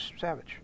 Savage